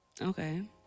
Okay